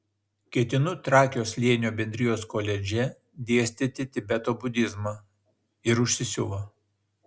ketinu trakio slėnio bendrijos koledže dėstyti tibeto budizmą ir užsisiuvo